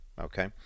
okay